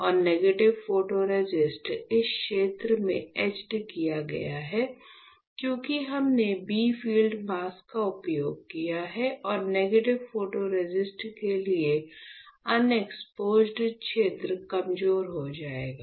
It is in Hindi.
और नेगेटिव फोटोरेसिस्ट इस क्षेत्र से एचड किया गया है क्योंकि हमने b फील्ड मास्क का उपयोग किया है और नेगेटिव फोटोरेसिस्ट के लिए अनएक्सपोज्ड क्षेत्र कमजोर हो जाएगा